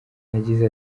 yagize